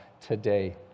today